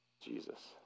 Jesus